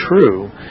true